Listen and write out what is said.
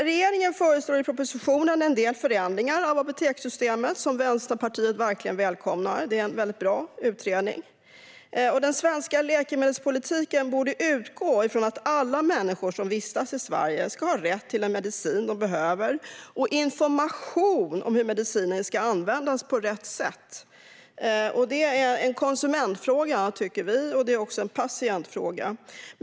Regeringen föreslår i propositionen en del förändringar av apotekssystemet som Vänsterpartiet verkligen välkomnar. Det är en väldigt bra utredning. Den svenska läkemedelspolitiken borde utgå från att alla människor som vistas i Sverige ska ha rätt till den medicin de behöver och information om hur medicinen ska användas på rätt sätt. Det är en konsumentfråga, tycker vi, och även en patientfråga.